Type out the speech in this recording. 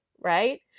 right